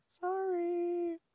sorry